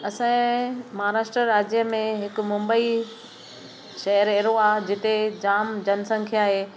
असां जे महाराष्ट्र राज्य में हिकु मुंबई शहरु अहिड़ो आहे जिते जामु जनसंख्या आहे